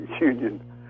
Union